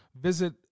Visit